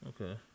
Okay